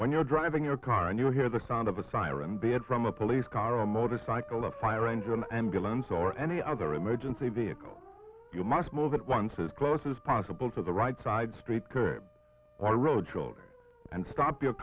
when you're driving your car and you hear the sound of a siren be it from a police car or motorcycle a fire engine ambulance or any other emergency vehicle you must move at once as close as possible to the right side street curb or road children and stop your